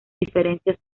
diferencias